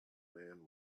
man